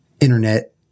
internet